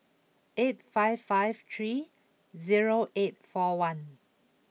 eight five five three zero eight four one